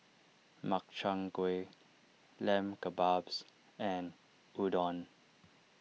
Makchang Gui Lamb Kebabs and Udon